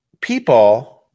people